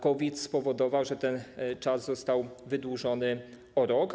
COVID spowodował, że ten czas został wydłużony o rok.